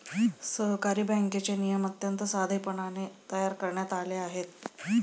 सहकारी बँकेचे नियम अत्यंत साधेपणाने तयार करण्यात आले आहेत